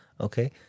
Okay